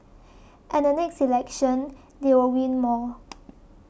and the next election they will win more